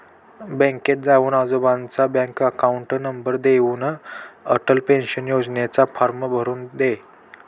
बँकेत जाऊन आजोबांचा बँक अकाउंट नंबर देऊन, अटल पेन्शन योजनेचा फॉर्म भरून दे